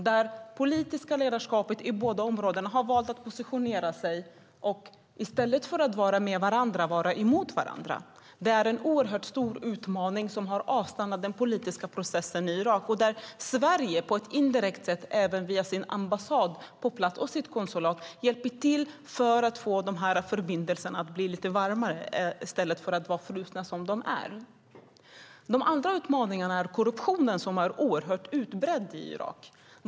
Det politiska ledarskapet i båda områdena har valt att positionera sig och i stället för att vara med varandra vara emot varandra. Det är en oerhört stor utmaning som har avstannat den politiska processen i Irak. Sverige hjälper på ett indirekt sätt även via sin ambassad på plats och sitt konsulat till för att få förbindelserna att bli lite varmare i stället för att vara frusna som de nu är. En annan utmaning är korruptionen som är oerhört utbredd i Irak.